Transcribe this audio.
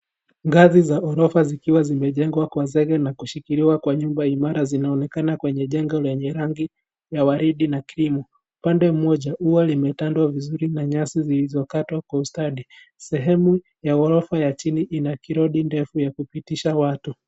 Ngazi za ghorofa zikiwa zimejengwa kwa zege na kushikiliwa kwa nyumba imara zinaonekana kwenye jengo lenye rangi ya waridi na krimu. Upande mmoja, ua limetandwa vizuri na nyasi zillizopandwa kwa ustadi. Sehemu ya ghorofa ya chini ina kirodi ndefu ya kupitisha watu.